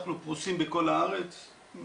אנחנו פרוסים בכל הארץ,